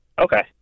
Okay